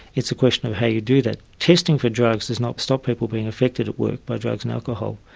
it's a question of how you do that. testing for drugs does not stop people being affected at work by drugs and alcohol.